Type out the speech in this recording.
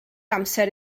amser